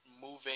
moving